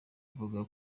avuga